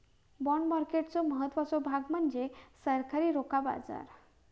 bond मार्केटचो महत्त्वाचो भाग म्हणजे सरकारी रोखा बाजार